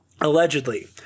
Allegedly